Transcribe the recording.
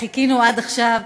חיכינו עד עכשיו,